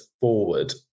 forward